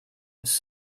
its